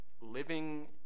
living